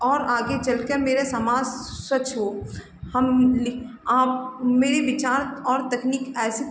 और आगे चलकर मेरा समाज स्वच्छ हो हम लिख आप मेरे विचार और तकनीक ऐसे